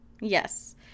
Yes